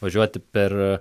važiuoti per